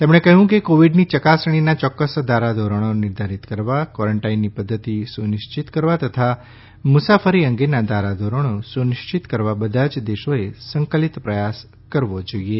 તેમણે કહ્યું કે કોવિડની ચકાસણીના ચોક્કસ ધારાધોરણો નિર્ધારીત કરવા ક્વોરન્ટાઈનની પદ્ધતિ સુનિશ્ચિત કરવા તથા મુસાફરી અંગેના ધારાધોરણો સુનિશ્ચિત કરવા બધા જ દેશોએ સંકલિત પ્રયાસ કરવા જોઈએ